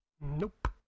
Nope